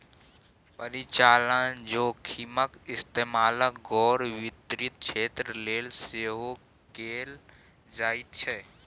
परिचालन जोखिमक इस्तेमाल गैर वित्तीय क्षेत्र लेल सेहो कैल जाइत छै